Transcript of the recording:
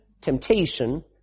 temptation